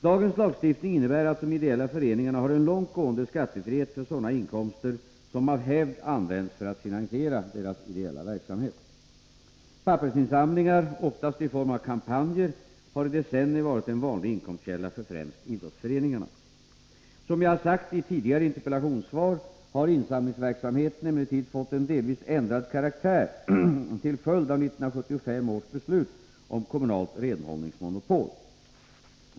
Dagens lagstiftning innebär att de ideella föreningarna har en långt gående skattefrihet för sådana inkomster som av hävd används för att finansiera deras ideella verksamhet. Pappersinsamlingar — oftast i form av kampanjer — har i decennier varit en vanlig inkomstkälla för främst idrottsföreningarna. Som jag har sagt i tidigare interpellationssvar har insamlingsverksamheten emellertid fått en delvis ändrad karaktär till följd av 1975 års beslut om kommunalt renhållningsmonopol.